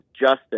Justice